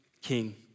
king